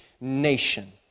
nation